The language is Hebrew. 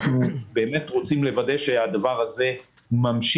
אנחנו באמת רוצים לוודא שהדבר זה ממשיך,